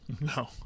No